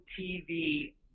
TV